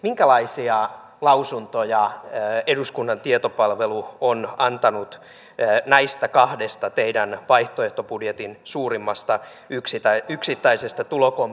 minkälaisia lausuntoja eduskunnan tietopalvelu on antanut näistä teidän vaihtoehtobudjettinne kahdesta suurimmasta yksittäisestä tulokomponentista